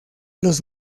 los